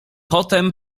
potem